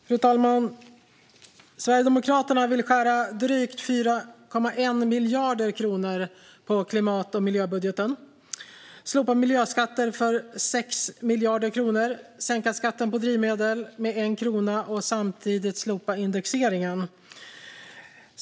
Fru talman! Sverigedemokraterna vill skära ned drygt 4,1 miljarder kronor på klimat och miljöbudgeten, slopa miljöskatter för 6 miljarder kronor, sänka skatten på drivmedel med 1 krona och samtidigt slopa indexeringen.